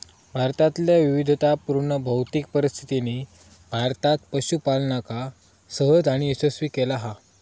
भारतातल्या विविधतापुर्ण भौतिक परिस्थितीनी भारतात पशूपालनका सहज आणि यशस्वी केला हा